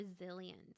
resilience